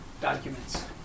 documents